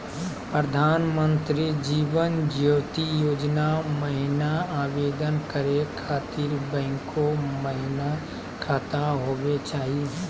प्रधानमंत्री जीवन ज्योति योजना महिना आवेदन करै खातिर बैंको महिना खाता होवे चाही?